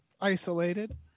isolated